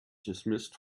dismissed